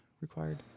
Required